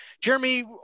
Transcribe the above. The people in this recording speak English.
Jeremy